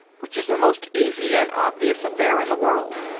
which is the most easy and obvious affair in the world.